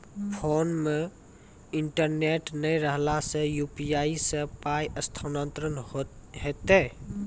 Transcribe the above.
Phone मे internet नै रहला सॅ, यु.पी.आई सॅ पाय स्थानांतरण हेतै?